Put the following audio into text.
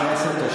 לא הקשבתי?